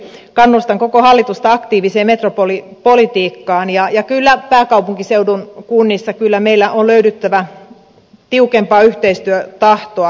kannustan koko hallitusta aktiiviseen metropolipolitiikkaan ja kyllä pääkaupunkiseudun kunnissa meillä on löydyttävä tiukempaa yhteistyötahtoa